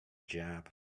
job